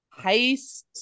heist